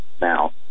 Now